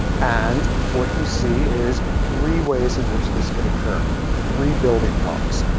and what you see is three ways in which this could occur. three building blocks.